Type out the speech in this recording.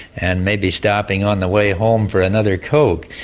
and maybe stopping on the way home for another coke.